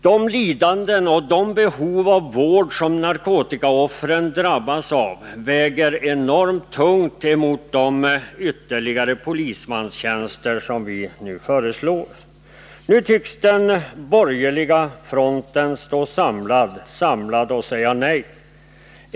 De lidanden som narkotikaoffren drabbas av och deras behov av vård väger enormt tungt i förhållande till de ytterligare polistjänster som vi föreslår. Nu tycks den borgerliga fronten stå samlad och säga nej.